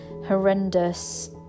horrendous